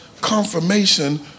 confirmation